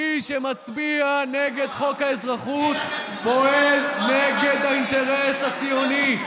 מי שמצביע נגד חוק האזרחות פועל נגד האינטרס הציוני,